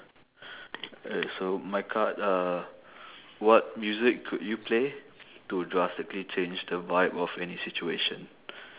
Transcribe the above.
uh so my card uh what music could you play to drastically change the vibe of any situation